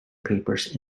papers